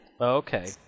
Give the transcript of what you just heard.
Okay